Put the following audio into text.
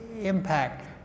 impact